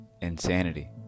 Insanity